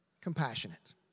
compassionate